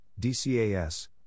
DCAS